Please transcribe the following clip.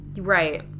right